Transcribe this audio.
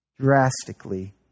drastically